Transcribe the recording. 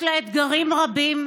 יש לה אתגרים רבים.